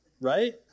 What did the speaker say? Right